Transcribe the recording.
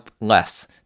less